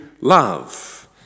love